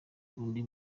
undi